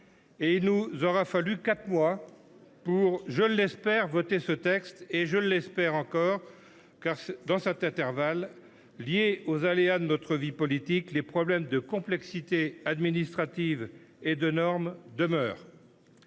il nous aura fallu quatre mois pour, je l’espère, le voter. Je l’espère, car, dans cet intervalle lié aux aléas de notre vie politique, les problèmes de complexité administrative et de normes ont